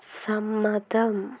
സമ്മതം